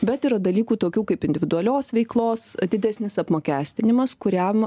bet yra dalykų tokių kaip individualios veiklos desnis apmokestinimas kuriam